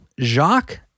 Jacques